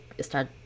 start